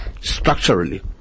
Structurally